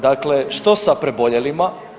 Dakle, što sa preboljelima?